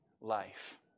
life